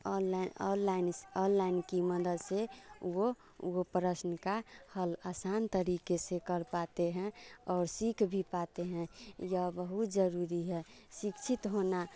online अललाइन अललाइन की मदत से वो वो प्रश्न का हल आसान तरीके से कर पाते हैं और सीख भी पाते हैं यह बहुत जरूरी है सिक्छित होना